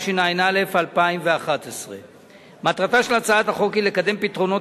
התשע"א 2011. מטרתה של הצעת החוק היא לקדם פתרונות